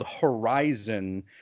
Horizon